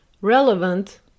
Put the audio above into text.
relevant